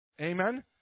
Amen